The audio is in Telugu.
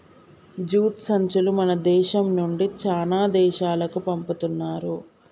జూట్ సంచులు మన దేశం నుండి చానా దేశాలకు పంపుతున్నారు